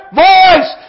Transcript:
voice